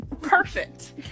Perfect